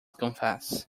confess